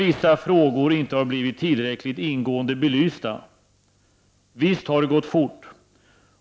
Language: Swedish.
1989/90:140 har blivit tillräckligt ingående belysta. Visst har det gått fort.